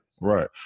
Right